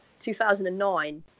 2009